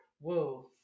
Whoa